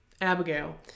Abigail